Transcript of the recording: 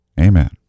Amen